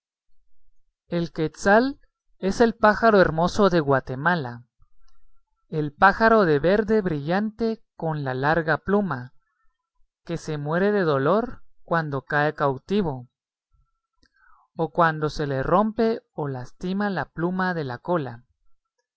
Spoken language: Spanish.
el quetzal es el pájaro hermoso de guatemala el pájaro de verde brillante con la larga pluma que se muere de dolor cuando cae cautivo o cuando se le rompe o lastima la pluma de la cola